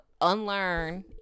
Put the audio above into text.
unlearn